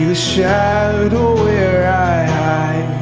ah shadow where i